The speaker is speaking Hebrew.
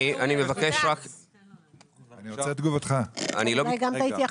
אני רוצה את תגובתכם,